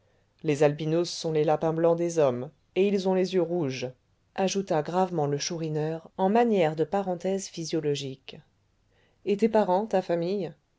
les albinos sont les lapins blancs des hommes et ils ont les yeux rouges ajouta gravement le chourineur en manière de parenthèse physiologique et tes parents ta famille